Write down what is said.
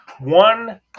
One